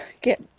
get